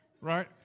Right